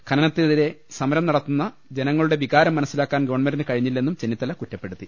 ഖനനത്തിനെതിരെ സമരം നടത്തുന്ന ജനങ്ങളുടെ വികാരം മനസ്സിലാക്കാൻ ഗവൺമെന്റിന് കഴിഞ്ഞില്ലെന്നും ചെന്നിത്തല കുറ്റപ്പെടുത്തി